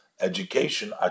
education